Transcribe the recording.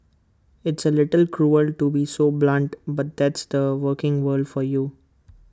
it's A little cruel to be so blunt but that's the working world for you